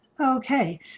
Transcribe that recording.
Okay